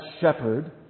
shepherd